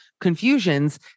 confusions